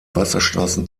wasserstraßen